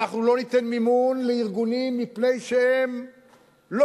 אנחנו לא ניתן מימון לארגונים מפני שהם לא